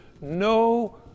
no